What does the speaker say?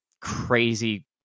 crazy